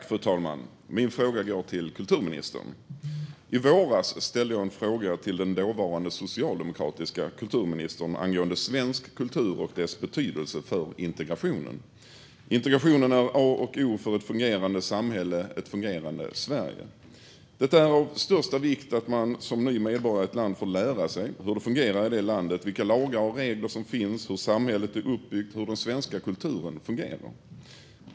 Fru talman! Min fråga går till kulturministern. I våras ställde jag en fråga till den dåvarande socialdemokratiska kulturministern angående svensk kultur och dess betydelse för integrationen. Integrationen är A och O för ett fungerande samhälle och ett fungerande Sverige. Det är av största vikt att man som ny medborgare i ett land får lära sig hur det fungerar i landet, vilka lagar och regler som finns, hur samhället är uppbyggt och hur den svenska kulturen fungerar.